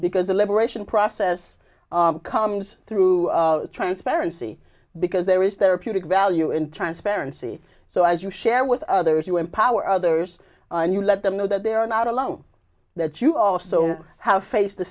because the liberation process comes through transparency because there is there appear to value in transparency so as you share with others you empower others and you let them know that they are not alone that you also have faced the